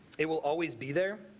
it will always be there,